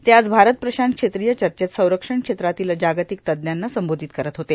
ते आज भारत प्रशांत क्षेत्रीय चर्चेत संरक्षण क्षेत्रातील जागतिक तज्ञांना संबोधित करत होते